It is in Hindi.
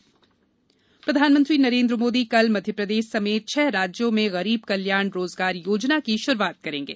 गरीब कल्याण योजना प्रधानमंत्री नरेन्द्र मोदी कल मध्यप्रदेश समेत छह राज्यों में गरीब कल्याण रोजगार योजना की शुरूआत करेंगे